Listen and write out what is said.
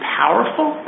powerful